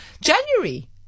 January